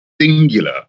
singular